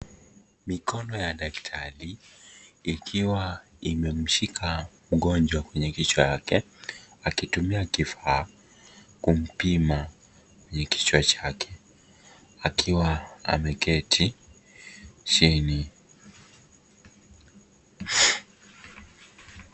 Mikono ya daktari ikiwa imemshika mgonjwa kwenye kichwa chake akitumia kifaa kumpima kwenye kichwa chake, akiwa ameketi chini.